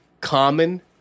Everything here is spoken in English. common